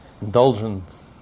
indulgence